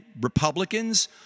Republicans